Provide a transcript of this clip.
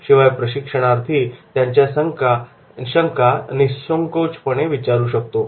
शिवाय प्रशिक्षणार्थी त्याच्या शंका निसंकोचपणे विचारू शकतो